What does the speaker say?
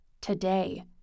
Today